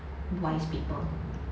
wise people